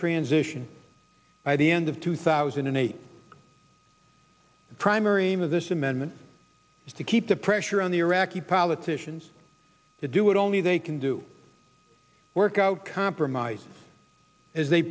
transition by the end of two thousand and eight the primary of this amendment is to keep the pressure on the iraqi politicians to do it only they can do work out compromise as they